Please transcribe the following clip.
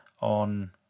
on